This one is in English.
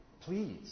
please